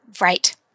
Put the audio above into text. Right